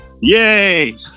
Yay